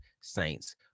Saints